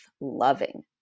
loving